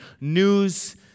news